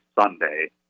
Sunday